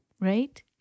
right